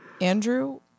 Andrew